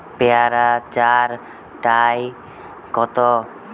পেয়ারা চার টায় কত?